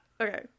Okay